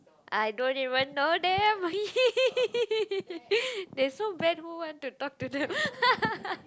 I don't even know them they so bad who want to talk to them